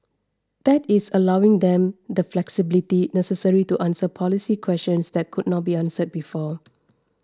that is allowing them the flexibility necessary to answer policy questions that could not be answered before